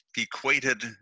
equated